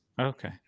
okay